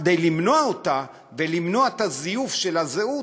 כדי למנוע אותה ולמנוע זיוף של הזהות,